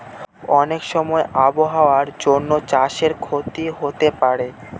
অনেক সময় আবহাওয়ার জন্য চাষে ক্ষতি হতে পারে